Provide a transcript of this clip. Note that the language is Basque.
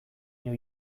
new